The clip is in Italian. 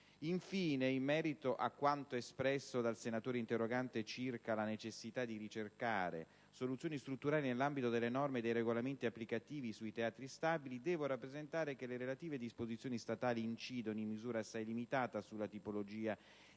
Infine, in merito a quanto espresso dalla senatrice interrogante circa la necessità di ricercare soluzioni strutturali nell'ambito delle norme e dei regolamenti applicativi sui teatri stabili, devo rappresentare che le relative disposizioni statali incidono in misura assai limitata sulla tipologia di struttura